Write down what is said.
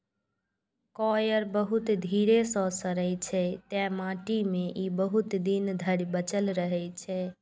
coir बहुत धीरे सं सड़ै छै, तें माटि मे ई बहुत दिन धरि बचल रहै छै